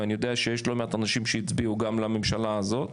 ואני יודע שיש בניכם לא מעט אנשים שהצביעו גם לממשלה הזו,